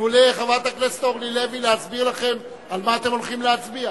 תנו לחברת הכנסת אורלי לוי להסביר לכם על מה אתם הולכים להצביע.